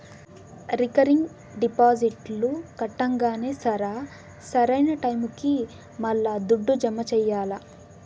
recurring డిపాజిట్లు కట్టంగానే సరా, సరైన టైముకి మల్లా దుడ్డు జమ చెయ్యాల్ల